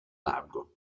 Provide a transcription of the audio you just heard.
largo